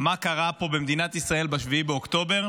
מה קרה פה במדינת ישראל ב-7 באוקטובר.